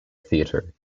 theater